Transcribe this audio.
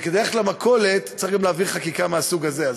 וכדי ללכת למכולת צריך גם להעביר חקיקה מהסוג הזה.